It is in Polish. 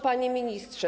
Panie Ministrze!